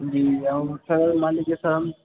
जी और सर मान लीजिए सर हम